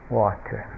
water